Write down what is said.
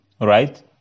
Right